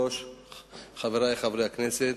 חברי חברי הכנסת,